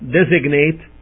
designate